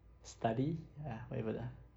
study ah whatever lah